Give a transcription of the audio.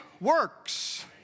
works